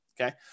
okay